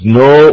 no